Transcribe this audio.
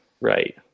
Right